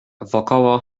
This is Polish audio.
wokoło